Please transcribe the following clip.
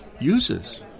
uses